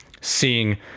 seeing